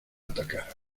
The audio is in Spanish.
atacar